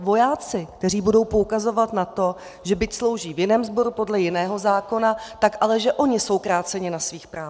Vojáci, kteří budou poukazovat na to, že byť slouží v jiném sboru podle jiného zákona, tak ale že oni jsou kráceni na svých právech.